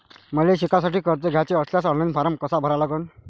मले शिकासाठी कर्ज घ्याचे असल्यास ऑनलाईन फारम कसा भरा लागन?